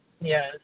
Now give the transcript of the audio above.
Yes